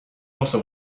also